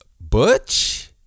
Butch